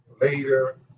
later